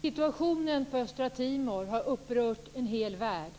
Fru talman! Situationen på östra Timor har upprört en hel värld.